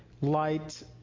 light